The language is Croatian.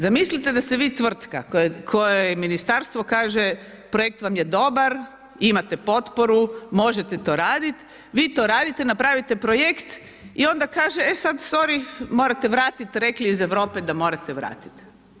Zamislite da ste vi tvrtka kojoj ministarstvo kaže projekt vam je dobar, imate potporu, možete to raditi, vi to radite, napravite projekt i onda kaže e sad sorry, morate vratiti, rekli iz Europe da morate vratiti.